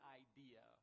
idea